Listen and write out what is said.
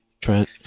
Trent